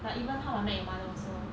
like even how I met your mother also